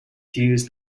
used